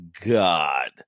God